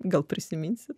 gal prisiminsit